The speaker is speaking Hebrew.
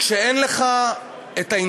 כשאין לך האינטגריטי,